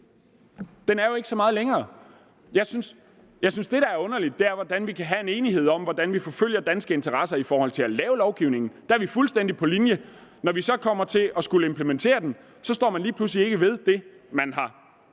Den er jo ikke så meget længere. Jeg synes, at det, der er underligt, er, hvordan vi kan have en enighed om, hvordan vi forfølger danske interesser i forhold til at lave lovgivningen – der er vi fuldstændig på linje – men at når vi så kommer til at skulle implementere dem, står man lige pludselig ikke ved det, man har